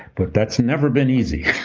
but that's never been easy.